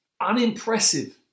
unimpressive